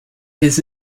his